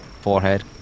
forehead